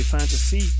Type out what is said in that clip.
Fantasy